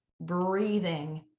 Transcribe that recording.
Breathing